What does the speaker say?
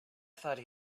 thought